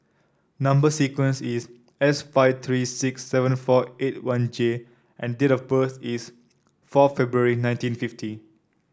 number sequence is S five three six seven four eight one J and date of birth is four February nineteen fifty